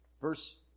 Verse